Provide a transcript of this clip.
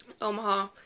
Omaha